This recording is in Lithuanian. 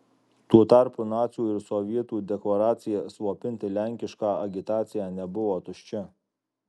tuo tarpu nacių ir sovietų deklaracija slopinti lenkišką agitaciją nebuvo tuščia